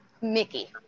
Mickey